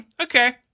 okay